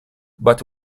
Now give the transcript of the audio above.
but